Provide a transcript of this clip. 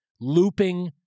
looping